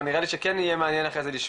אבל נראה לי שכן יהיה מעניין לשמוע,